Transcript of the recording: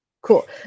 cool